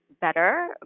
better